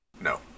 No